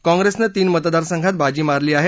काँग्रेसने तीन मतदारसंघात बाजी मारली आहे